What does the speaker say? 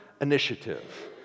initiative